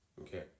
Okay